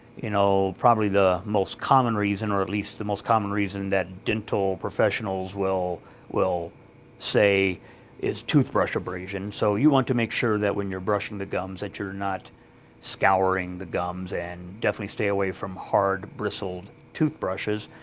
you know, probably the most common reason or at least the most common reason that dental professionals will will say is toothbrush abrasion, so you want to make sure that when you're brushing the gums, that you're not scouring the gums and definitely stay away from hard-bristled tooth brushes,